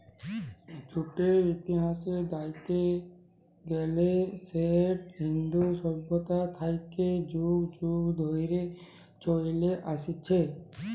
জুটের ইতিহাস দ্যাইখতে গ্যালে সেট ইন্দু সইভ্যতা থ্যাইকে যুগ যুগ ধইরে চইলে আইসছে